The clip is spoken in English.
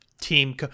team